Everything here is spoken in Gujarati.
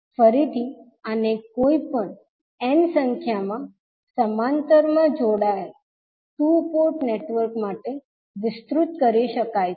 હવે ફરીથી આને કોઈપણ n સંખ્યામાં સમાંતરમાં જોડાયેલા ટુ પોર્ટ નેટવર્ક્સ માટે વિસ્તૃત કરી શકાય છે